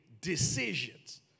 decisions